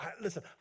Listen